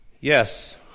Yes